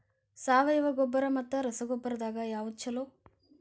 ಸಾವಯವ ಗೊಬ್ಬರ ಮತ್ತ ರಸಗೊಬ್ಬರದಾಗ ಯಾವದು ಛಲೋ?